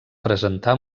presentar